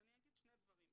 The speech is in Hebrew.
אני אגיד שני דברים.